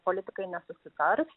politikai nesusitars